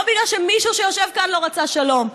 לא בגלל שמישהו שיושב כאן לא רצה שלום.